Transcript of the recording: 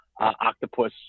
octopus